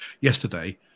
yesterday